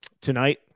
tonight